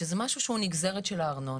שזה משהו שהוא נגזרת של הארנונה.